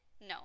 No